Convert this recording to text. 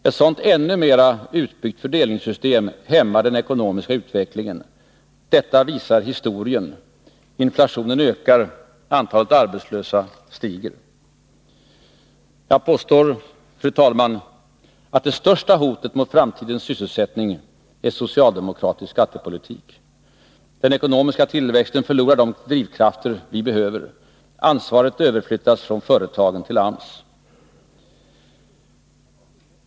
Ett sådant ännu mera utbyggt fördelningssystem hämmar den ekonomiska utvecklingen. Detta visar historien. Inflationen ökar. Antalet arbetslösa stiger. Jag påstår, fru talman, att det största hotet mot framtidens sysselsättning är socialdemokratisk skattepolitik. Den ekonomiska tillväxten förlorar de drivkrafter vi behöver. Ansvaret överflyttas från företagen till AMS.